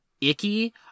icky